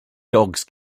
dogs